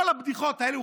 כל הבדיחות האלה.